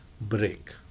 break